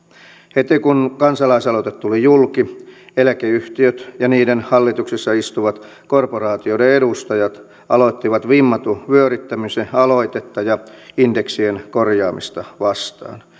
heti kun kansalaisaloite tuli julki eläkeyhtiöt ja niiden hallituksissa istuvat korporaatioiden edustajat aloittivat vimmatun vyöryttämisen aloitetta ja indeksien korjaamista vastaan